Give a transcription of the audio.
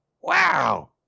Wow